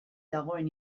dagoen